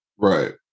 Right